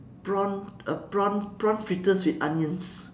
prawn uh prawn prawn fritters with onions